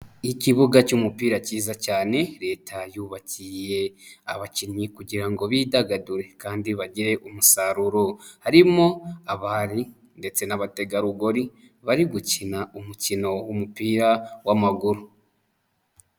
Ikibuga cy'umupira cyiza cyane, leta yubakiye abakinnyi kugira ngo bidagadure kandi bagire umusaruro, harimo abari ndetse n'abategarugori, bari gukina umukino w'umupira w'amaguru.